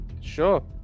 Sure